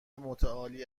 متعالی